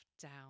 down